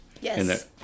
Yes